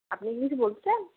আপনি কি কিছু বলতে চান